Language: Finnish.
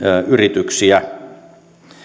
yrityksiä